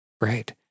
Right